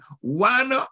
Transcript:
one